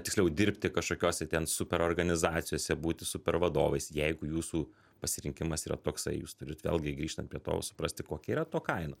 tiksliau dirbti kažkokiose ten super organizacijose būti super vadovais jeigu jūsų pasirinkimas yra toksai jūs turit vėlgi grįžtant prie to suprasti kokia yra to kaina